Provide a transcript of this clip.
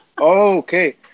Okay